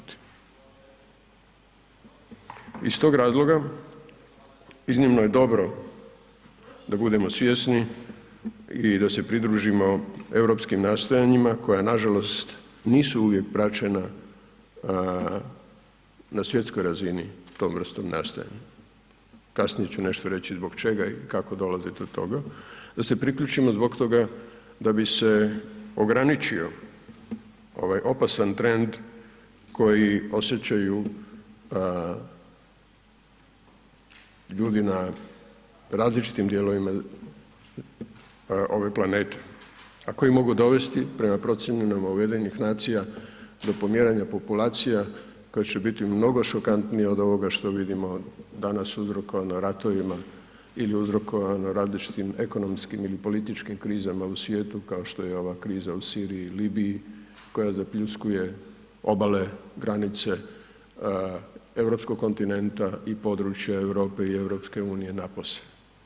Iz tog razloga iznimno je dobro da budemo svjesni i da se pridružimo europskim nastojanjima koja nažalost nisu uvijek praćena na svjetskoj razini tom vrstom nastojanja, kasnije ću nešto reći zbog čega i kako dolazi do toga, da se priključimo zbog toga da bi se ograničio ovaj opasan trend koji osjećaju ljudi na različitim dijelovima ove planete, a koji mogu dovesti prema procjenama UN-a do pomjeranja populacija koje će biti mnogo šokantnije od ovoga što vidimo danas uzrokovano ratovima ili uzrokovano različitim ekonomskim ili političkim krizama u svijetu kao što je ova kriza u Siriji i Libiji koja zapljuskuje obale, granice europskog kontinenta i području Europe i EU napose.